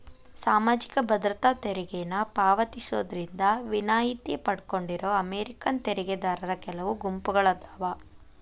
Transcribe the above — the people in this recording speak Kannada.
ಸಾಮಾಜಿಕ ಭದ್ರತಾ ತೆರಿಗೆನ ಪಾವತಿಸೋದ್ರಿಂದ ವಿನಾಯಿತಿ ಪಡ್ಕೊಂಡಿರೋ ಅಮೇರಿಕನ್ ತೆರಿಗೆದಾರರ ಕೆಲವು ಗುಂಪುಗಳಾದಾವ